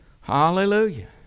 Hallelujah